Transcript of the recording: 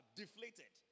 deflated